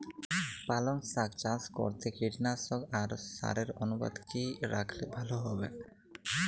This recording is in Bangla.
পালং শাক চাষ করতে কীটনাশক আর সারের অনুপাত কি রাখলে ভালো হবে?